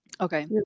Okay